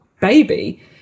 baby